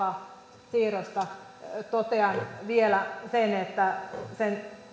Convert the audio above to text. kela siirrosta totean vielä sen että sen